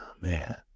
man